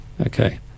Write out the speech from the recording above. Okay